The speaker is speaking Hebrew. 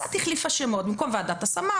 קצת החליפה שמות במקום ועדת השמה,